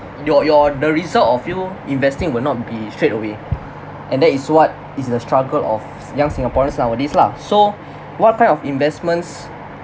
your your the result of you investing will not be straightaway and that is what is the struggle of young singaporeans nowadays lah so what type of investments